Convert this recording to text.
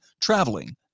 traveling